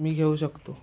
मी घेऊ शकतो